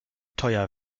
teuer